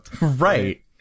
right